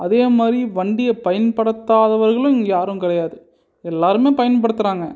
அதே மாதிரி வண்டியை பயன்படுத்தாதவர்களும் இங்கே யாரும் கிடையாது எல்லாருமே பயன்படுத்துகிறாங்க